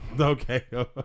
Okay